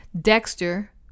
Dexter